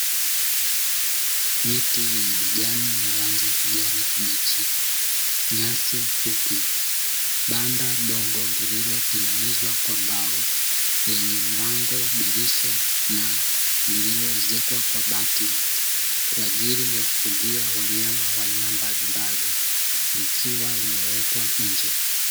Miti yenye majani ya rangi ya kijani kibichi, nyasi fupi, banda dogo lililotengenezwa kwa mbao, lenye mlango, dirisha na lililoezekwa kwa bati, kwa ajili ya kufungia wanyama wa aina mbalimbali, likiwa limewekwa nje.